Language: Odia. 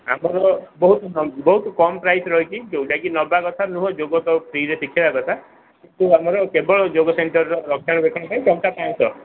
ଆମର ବହୁତ ବହୁତ କମ୍ ପ୍ରାଇସ୍ ରହିଛି ଯୋଉଟାକି ନେବା କଥା ନୁହଁ ଯୋଗ ତ ଫ୍ରିରେ ଶିଖାଇବା କଥା କିନ୍ତୁ ଆମର କେବଳ ଯୋଗ ସେଣ୍ଟରର ରକ୍ଷଣବେକ୍ଷଣ ପାଇଁ ଟଙ୍କା ସାହାଯ୍ୟ